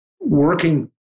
working